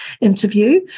interview